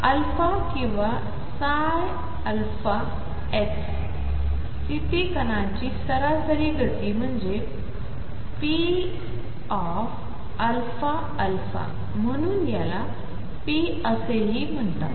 α किंवा ψ α स्थिती कणांची सरासरी गती म्हणजे p αα म्हणून याला ⟨p⟩ असेही म्हणतात